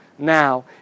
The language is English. Now